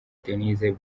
denise